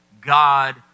God